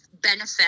benefit